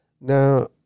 Now